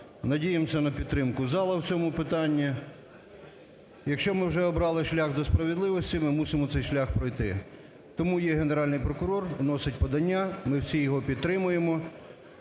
надіємося на підтримку залу в цьому питанні. Якщо ми вже обрали шлях до справедливості, ми мусимо цей шлях пройти. Тому є Генеральний прокурор, вносить подання, ми всі його підтримуємо,